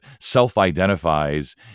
self-identifies